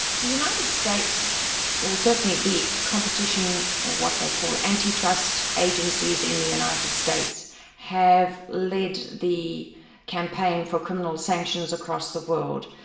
the united states well certainly the competition, what they call anti-trust agencies in the united states have led the campaign for criminal sanctions across the world.